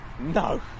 No